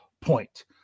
point